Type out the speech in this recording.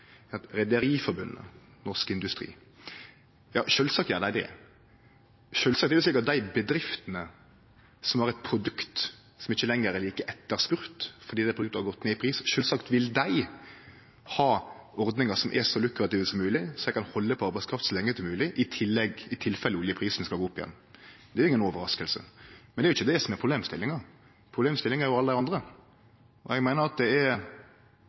Rederiforbundet og Norsk Industri. Ja, sjølvsagt gjer dei det. Sjølvsagt er det slik at dei bedriftene som har eit produkt som ikkje lenger er like etterspurt fordi produktet har gått ned i pris, vil ha ordningar som er så lukrative som mogleg, så dei kan halde på arbeidskrafta så lenge som mogleg, i tilfelle oljeprisen skal gå opp igjen. Det er inga overrasking. Men det er jo ikkje det som er problemstillinga. Problemstillinga er jo alle dei andre. Eg meiner det er